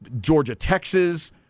Georgia-Texas